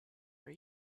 were